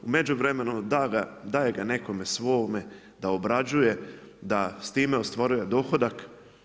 U međuvremenu, daje ga nekome svome, da obrađuje, da s time ostvaruje dohodak.